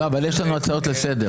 לא, אבל יש לנו הצעות לסדר.